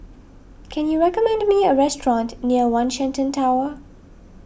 can you recommend me a restaurant near one Shenton Tower